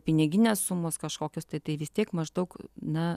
piniginės sumos kažkokios tai tai vis tiek maždaug na